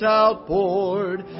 outpoured